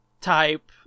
type